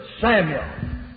Samuel